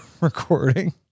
recording